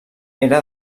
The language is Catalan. era